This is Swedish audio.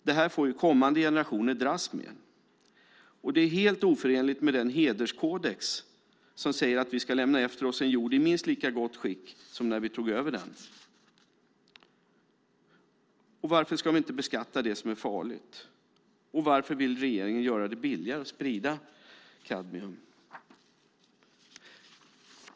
Det här får kommande generationer dras med, och det är helt oförenligt med den hederskodex som säger att vi ska lämna efter oss en jord som är i minst lika gott skick som när vi tog över den. Varför ska vi inte beskatta det som är farligt? Varför vill regeringen göra det billigare att sprida kadmium?